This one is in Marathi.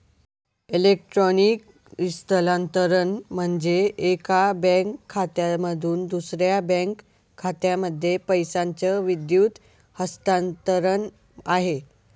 इलेक्ट्रॉनिक स्थलांतरण म्हणजे, एका बँक खात्यामधून दुसऱ्या बँक खात्यामध्ये पैशाचं विद्युत हस्तांतरण आहे